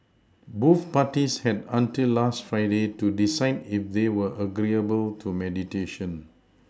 both parties had until last Friday to decide if they were agreeable to mediation